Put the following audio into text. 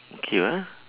okay lah